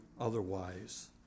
otherwise